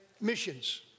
missions